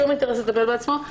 שום אינטרס לטפל בעצמו,